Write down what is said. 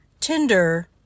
Tinder